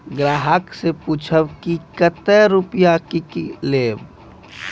ग्राहक से पूछब की कतो रुपिया किकलेब?